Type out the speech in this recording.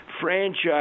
franchise